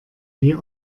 wie